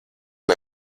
lai